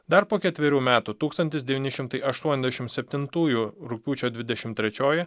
dar po ketverių metų tūkstantis devyni šimtai aštuonaisdešimt septintųjų rugpjūčio dvidešimt trečioji